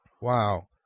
Wow